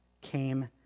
came